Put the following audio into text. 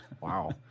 Wow